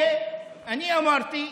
אני אמרתי,